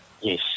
Yes